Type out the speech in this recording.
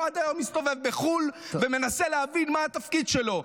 הוא עד היום מסתובב בחו"ל ומנסה להבין מה התפקיד שלו.